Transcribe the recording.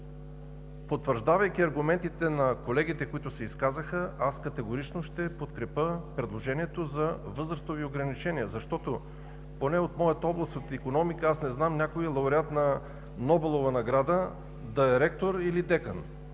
Потвърждавайки аргументите на колегите, които се изказаха, аз категорично ще подкрепя предложението за възрастови ограничения. В моята област – икономиката, не знам някой лауреат на Нобелова награда да е ректор или декан.